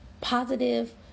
positive